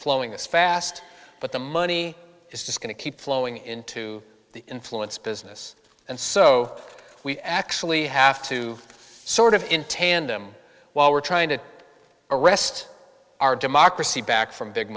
flowing this fast but the money is just going to keep flowing into the influence business and so we actually have to sort of in tandem while we're trying to arrest our democracy back from big